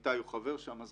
איתי הוא חבר שם.